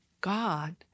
God